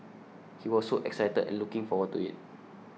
he was so excited and looking forward to it